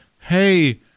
hey